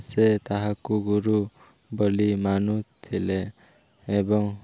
ସେ ତାହାକୁ ଗୁରୁ ବୋଲି ମାନୁଥିଲେ ଏବଂ